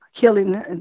killing